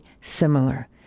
similar